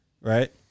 right